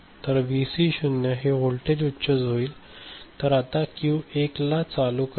तर व्हीसी 0 हे व्होल्टेज उच्च होईल जे आता क्यू 1ला चालू करेल